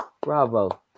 Bravo